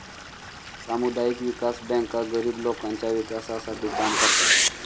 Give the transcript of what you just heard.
सामुदायिक विकास बँका गरीब लोकांच्या विकासासाठी काम करतात